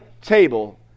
table